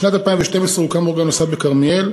בשנת 2012 הוקם אורגן נוסף בכרמיאל.